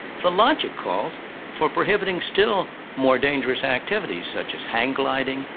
the logic calls for prohibiting still more dangerous activities such as hang gliding,